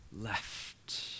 left